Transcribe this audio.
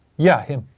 yeah, him.